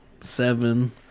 Seven